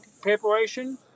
preparation